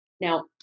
Now